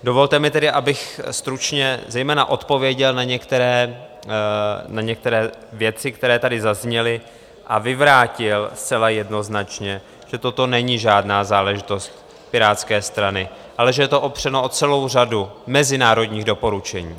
Dovolte mi tedy, abych stručně zejména odpověděl na některé věci, které tady zazněly, a vyvrátil zcela jednoznačně, že toto není žádná záležitost Pirátské strany, ale že je to opřeno o celou řadu mezinárodních doporučení.